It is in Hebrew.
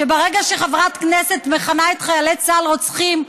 ברגע שחברת כנסת מכנה את חיילי צה"ל רוצחים,